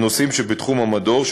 לנושאים שבתחום המדור,